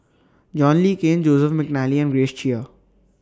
John Le Cain Joseph Mcnally and Grace Chia